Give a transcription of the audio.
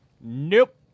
Nope